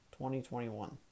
2021